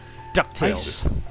DuckTales